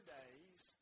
days